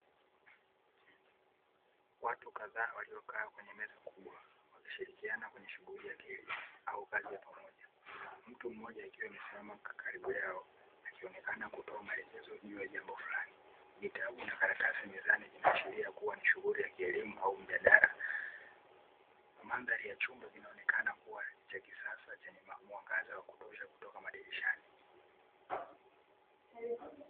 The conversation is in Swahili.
Watu kadhaa waliokaa kwenye meza kubwa, wameshirikiana kwenye shughuli ya kilimo au kazi ya pamoja. Mtu mmoja akiwa amesimama karibu yao, akionekana kutoa maelekezo juu ya jambo fulani, vitabu na karatasi mezani vinaashiria kuwa ni shughuli ya kielimu, au mjadala. Mandhari ya chumba inaonekana kuwa ni cha kisasa chenye mwangaza wa kutosha kutoka madirishani.